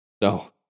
No